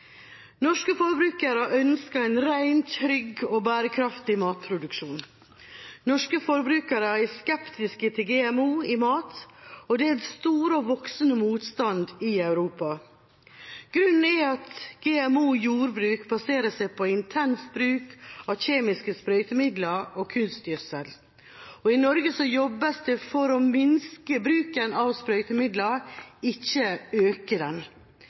Norske forbrukere ønsker en rein, trygg og bærekraftig matproduksjon. Norske forbrukere er skeptiske til GMO i mat, og det er en stor og voksende motstand i Europa. Grunnen er at GMO-jordbruk baserer seg på intens bruk av kjemiske sprøytemidler og kunstgjødsel. I Norge jobbes det for å minske bruken av sprøytemidler – ikke å øke den.